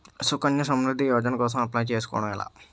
సుకన్య సమృద్ధి యోజన కోసం అప్లయ్ చేసుకోవడం ఎలా?